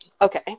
okay